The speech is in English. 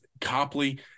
Copley